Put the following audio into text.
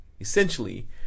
Essentially